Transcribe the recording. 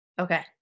Okay